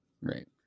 Right